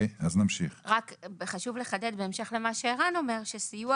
חשוב לחדד בהמשך למה שערן אומר שסיוע